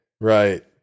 Right